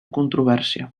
controvèrsia